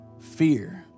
fear